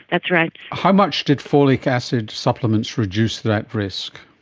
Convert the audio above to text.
that's right. how much did folic acid supplements reduce that risk?